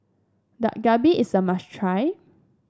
Dak Galbi is a must try